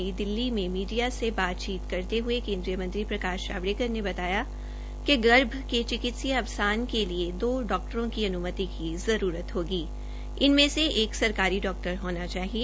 नई दिल्ली में मीडिया से बातचीत करते हये केन्द्रीय मंत्री प्रकाश जावड़ेकर ने बताया कि गर्भ के चिकित्सीय अवसान के लिए दो डाक्टरों की अन्मति की आवश्यक्ता होगी इनमें से एक सरकारी डॉक्टर होना चाहिए